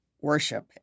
worship